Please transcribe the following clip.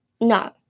No